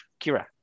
Kira